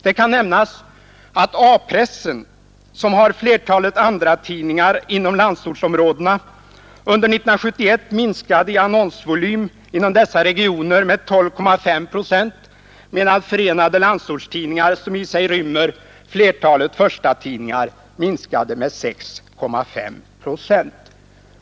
Det kan nämnas att A-pressen, som har flertalet andratidningar inom landsortsområdena, under 1971 minskade i annonsvolym inom dessa regioner med 12,5 procent, medan Förenade landsortstidningar, som i sig rymmer flertalet förstatidningar, minskade med 6,5 procent.